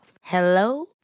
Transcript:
Hello